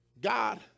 God